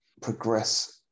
progress